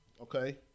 okay